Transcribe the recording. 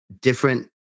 Different